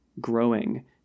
growing